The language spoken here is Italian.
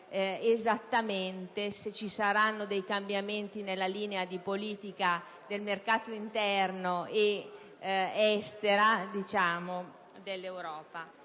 esattamente se ci saranno cambiamenti nella linea di politica del mercato interno ed estero dell'Europa.